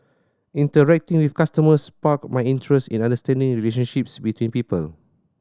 interacting with customers sparked my interest in understanding relationships between people